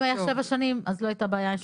אם היה שבע שנים אז לא הייתה בעיה.